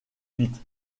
vite